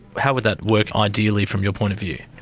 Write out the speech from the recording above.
how would that work ideally from your point of view?